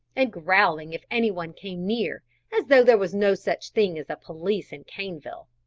and growling if any one came near as though there was no such thing as a police in caneville.